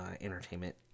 Entertainment